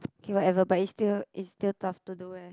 okay whatever but it's still it's still tough to do eh